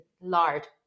lard